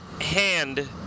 hand